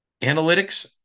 analytics